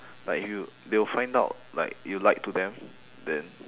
like you they will find out like you lied to them then